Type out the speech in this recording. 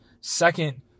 Second